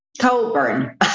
Colburn